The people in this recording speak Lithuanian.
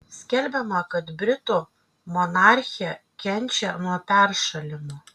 skelbiama kad britų monarchė kenčia nuo peršalimo